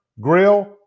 grill